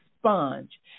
sponge